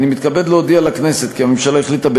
אני מתכבד להודיע לכנסת כי הממשלה החליטה,